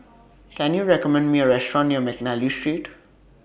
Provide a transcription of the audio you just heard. Can YOU recommend Me A Restaurant near Mcnally Street